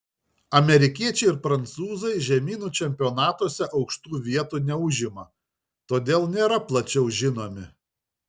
amerikiečiai ir prancūzai žemynų čempionatuose aukštų vietų neužima todėl nėra plačiau žinomi